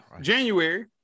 January